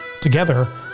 Together